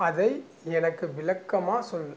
அதை எனக்கு விளக்கமா சொல்